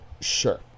Sure